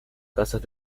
casas